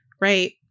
Right